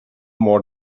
more